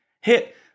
hit